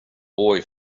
boy